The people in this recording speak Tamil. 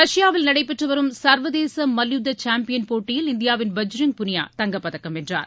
ரஷ்யாவில் நடைபெற்றுவரும் சர்வதேச மல்யுத்த சாம்பியன் போட்டியில் இந்தியாவின் பஜ்ரங் புனியா தங்கப் பதக்கம் வென்றார்